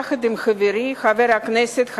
יחד עם חברי חבר הכנסת,